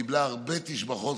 והיא קיבלה הרבה תשבחות,